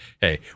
hey